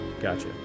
Gotcha